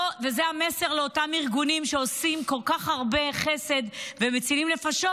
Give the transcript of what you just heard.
וזה המסר לאותם ארגונים שעושים כל כך הרבה חסד ומצילים נפשות,